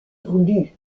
voulu